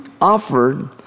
offered